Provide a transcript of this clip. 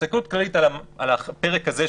הסתכלות כללית על הפרק הזה,